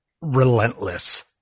relentless